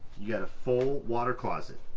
you've got a full water closet.